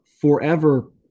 forever